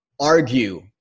argue